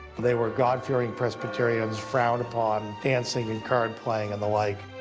they were god-fearing presbyterians, frowned upon dancing and card playing and the like.